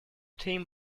team